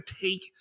take